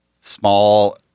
small